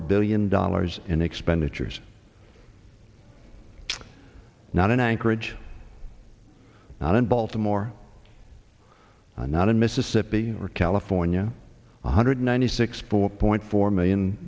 billion dollars in expenditures not in anchorage not in baltimore not in mississippi or california one hundred ninety six four point four million